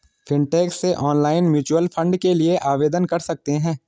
fintech से online mutual fund के लिए आवेदन कर सकते हैं